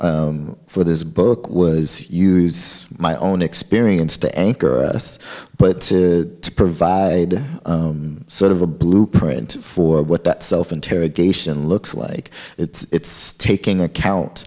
for this book was use my own experience to any of us but to provide sort of a blueprint for what that self interrogation looks like it's taking account